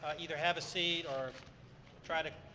ah either have a seat or try to